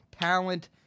Talent